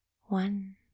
one